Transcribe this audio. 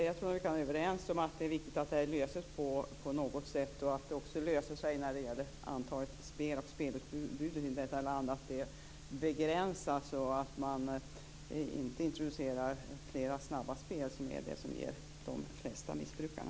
Fru talman! Vi kan vara överens om att det är viktigt att detta löses på något sätt, att spelutbudet i landet begränsas och att inte fler snabba spel introduceras, dvs. det som leder till de flesta spelmissbrukarna.